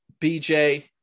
BJ